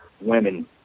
women